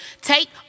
Take